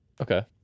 Okay